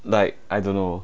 like I don't know